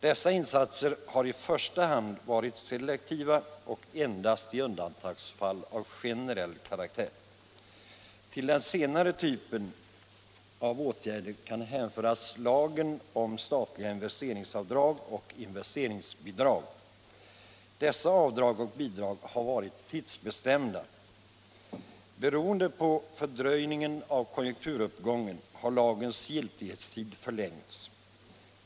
Dessa insatser har i första hand varit selektiva och endast i undantagsfall av generell karaktär. Till den senare typen av åtgärder kan hänföras lagen om investeringsavdrag och statliga investeringsbidrag. Dessa avdrag och bidrag har varit tidsbestämda. Beroende på fördröjningen av konjunkturuppgången har lagens giltighetstid förlängts.